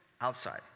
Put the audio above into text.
outside